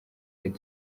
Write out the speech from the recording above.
brig